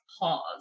pause